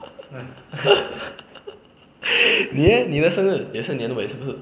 你 leh 你的生日也是年尾是不是